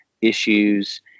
issues